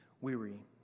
weary